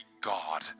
God